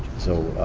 so.